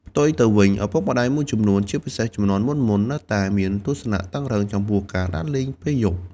ផ្ទុយទៅវិញ ឪពុកម្ដាយមួយចំនួន ជាពិសេសជំនាន់មុនៗ នៅតែមានទស្សនៈតឹងរ៉ឹងចំពោះការដើរលេងពេលយប់ ។